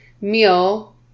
meal